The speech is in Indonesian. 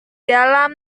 dalam